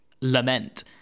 lament